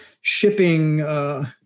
shipping